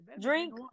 drink